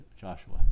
Joshua